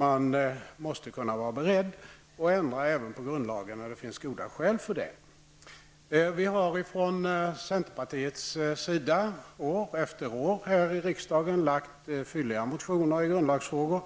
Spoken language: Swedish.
Man måste vara beredd att ändra även på grundlagen när det finns goda skäl för det. Vi i centerpartiet har år efter år här i riksdagen lagt fylliga motioner i grundlagsfrågor.